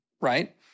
right